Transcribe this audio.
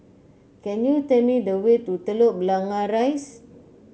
can you tell me the way to Telok Blangah Rise